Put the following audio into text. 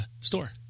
store